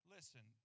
Listen